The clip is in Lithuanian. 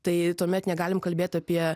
tai tuomet negalim kalbėt apie